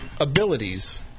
abilities